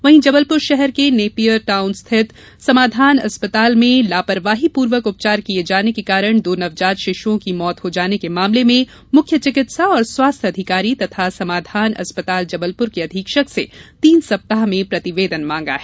वहीं जबलपुर शहर के नेपियर टाउन स्थित समाधान अस्पताल में लापरवाही पूर्वक उपचार किए जाने के कारण दो नवजात शिशुओं की मौत हो जाने के मामले में मुख्य चिकित्सा और स्वास्थ्य अधिकारी तथा समाधान अस्पताल जबलपुर के अधीक्षक से तीन सप्ताह में प्रतिवेदन मांगा है